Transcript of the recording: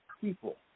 people